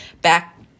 back